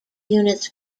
units